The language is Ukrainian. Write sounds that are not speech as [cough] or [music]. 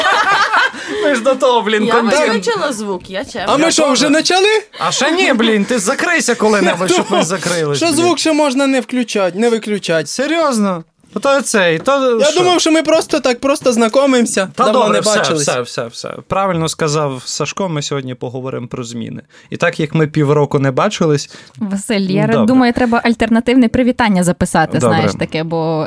[laughs] Ми ж до того, блін, Я контент. виключила звук, я че- А ми Я що, вже тоже. почали? А ще ні, [laughs] блін, ти закрийся коли-небудь, щоб ми Ну, закрились, що блін. звук ще можна не включать, не виключать. Серйозно? То цей, то Я що? думав, що ми просто так, просто знакомимся. Та Давно добре, не все, бачились. все, все, все. Правильно сказав Сашко, ми сьогодні поговоримо про зміни. І так, як ми півроку не бачились, Василь, ну, я добре. думаю, треба альтернативне привітання записати, Добре. знаєш таке, бо